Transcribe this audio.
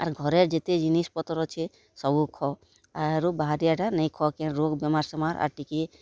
ଆର୍ ଘରେ ଯେତେ ଜିନିଷ୍ପତର୍ ଅଛେ ସବୁ ଖାଅ ଆରୁ ବାହାରିଆଟା ନାଇ ଖାଅ କେନ୍ ରୋଗ୍ ବେମାର୍ସେମାର୍ ଆର୍ ଟିକେ